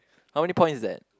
how many point is that